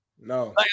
No